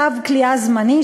צו כליאה זמני,